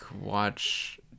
watch